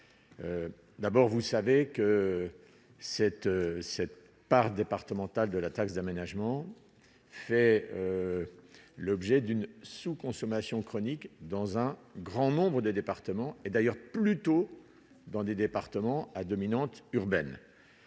d'abord, vous savez que cette cette part départementale de la taxe d'aménagement, fait l'objet d'une sous-consommation chronique dans un grand nombre de départements et d'ailleurs plutôt dans des départements à dominante urbaine,